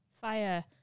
Fire